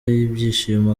y’ibyishimo